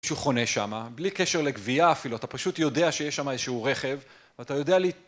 מישהו חונה שמה, בלי קשר לגבייה אפילו, אתה פשוט יודע שיש שם איזשהו רכב, ואתה יודע להת...